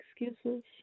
excuses